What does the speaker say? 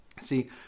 See